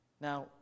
Now